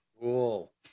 Cool